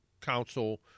Council